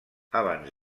abans